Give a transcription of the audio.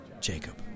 Jacob